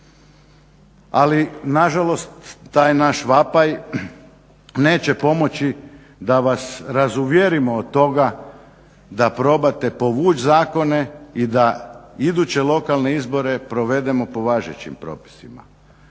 Ali nažalost, taj naš vapaj neće pomoći da vas razuvjerimo od toga da probate povuć zakone i za iduće lokalne izbore provedemo po važećim propisima,